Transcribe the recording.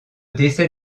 décès